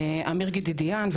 אמיר גדידיאן,